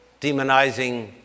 demonizing